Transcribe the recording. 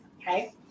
Okay